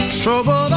Trouble